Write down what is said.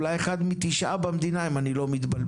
אולי אחד מתשעה במדינה אם אני לא מתבלבל,